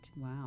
Wow